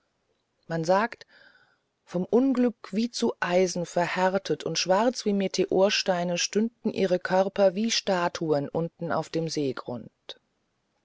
man sagte vom unglück wie zu eisen verhärtet und schwarz wie meteorsteine stünden ihre körper wie statuen unten auf dem seegrund